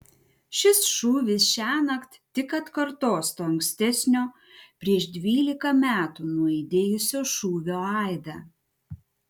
šis šūvis šiąnakt tik atkartos to ankstesnio prieš dvylika metų nuaidėjusio šūvio aidą